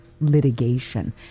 litigation